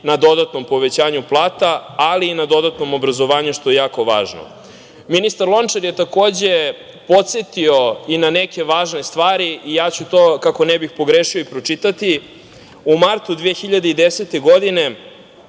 na dodatnom povećanju plata, ali i na dodatnom obrazovanju, što je jako važno. Ministar Lončar je takođe podsetio na neke važne stvari i ja ću to i pročitati, kako ne bih pogrešio. U martu 2010. godine